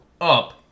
up